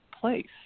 place